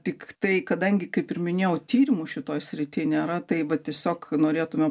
tiktai kadangi kaip ir minėjau tyrimų šitoj srity nėra tai vat tiesiog norėtume